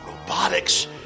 robotics